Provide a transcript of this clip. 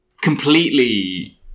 completely